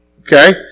Okay